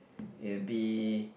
it'll be